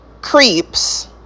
creeps